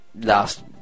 last